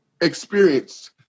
experienced